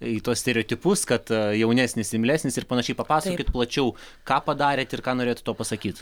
į tuos stereotipus kad jaunesnis imlesnis ir panašiai papasakokit plačiau ką padarėt ir ką norėjot tuo pasakyt